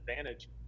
advantage